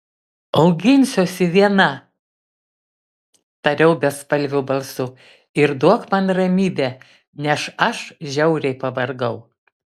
auginsiuosi viena tariau bespalviu balsu ir duok man ramybę nes aš žiauriai pavargau